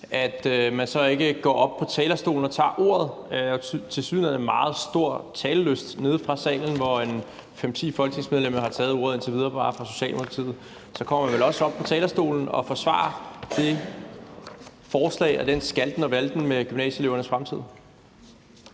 som æg, ikke går op på talerstolen og tager ordet. Der er tilsyneladende meget stor talelyst nede fra salen, hvor fem-ti folketingsmedlemmer bare fra Socialdemokratiet indtil videre har taget ordet, så man burde vel også komme op på talerstolen for at forsvare det forslag og den skalten og valten med gymnasieelevernes fremtid.